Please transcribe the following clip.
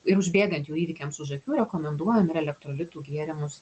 ir užbėgant jau įvykiams už akių rekomenduojam ir elektrolitų gėrimus